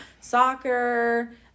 Soccer